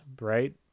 right